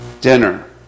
dinner